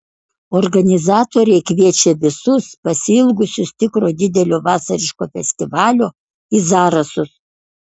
organizatoriai kviečia visus pasiilgusius tikro didelio vasariško festivalio į zarasus